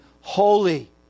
holy